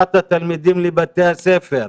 החזרת התלמידים לבתי הספר.